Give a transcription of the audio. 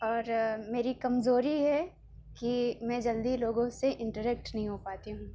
اور میری کمزوری ہے کہ میں جلدی لوگوں سے انٹریکٹ نہیں ہو پاتی ہوں